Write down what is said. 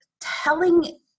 telling